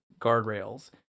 guardrails